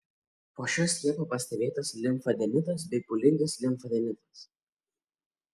po šio skiepo pastebėtas limfadenitas bei pūlingas limfadenitas